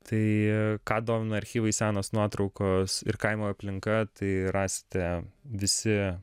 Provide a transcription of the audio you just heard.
tai ką domina archyvai senos nuotraukos ir kaimo aplinka tai rasite visi